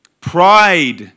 pride